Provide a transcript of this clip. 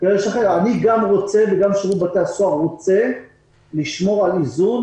גם אני וגם שירות בתי הסוהר רוצים לשמור על איזון.